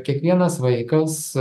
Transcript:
kiekvienas vaikas